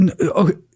okay